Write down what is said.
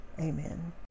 Amen